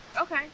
Okay